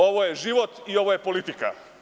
Ovo je život i ovo je politika.